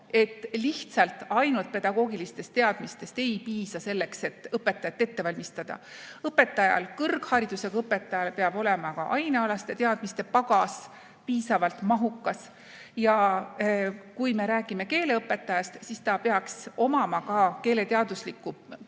et ainult pedagoogilistest teadmistest ei piisa selleks, et õpetajat ette valmistada. Õpetajal, kõrgharidusega õpetajal peab olema ka ainealaste teadmiste pagas piisavalt mahukas ja kui me räägime keeleõpetajast, siis ta peaks omama ka keeleteaduslikku baasteadmiste